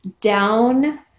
down